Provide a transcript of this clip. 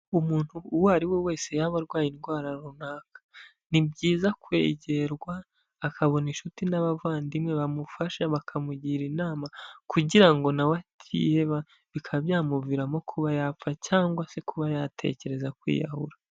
Umuntu uwo ari we wese yaba arwaye indwara runaka. Ni byiza kwegerwa, akabona inshuti n'abavandimwe bamufasha bakamugira inama, kugira ngo na we atiheba, bikaba byamuviramo kuba yapfa, cyangwa se kuba yatekereza kwiyahura.